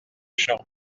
champs